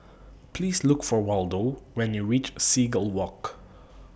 Please Look For Waldo when YOU REACH Seagull Walk